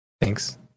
Thanks